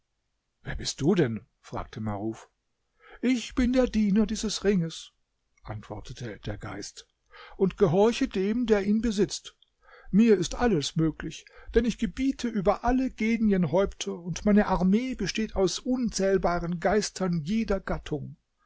wer bist du denn fragte maruf ich bin der diener dieses ringes antwortete der geist und gehorche dem der ihn besitzt mir ist alles möglich denn ich gebiete über alle genienhäupter und meine armee besteht aus unzählbaren geistern jeder gattung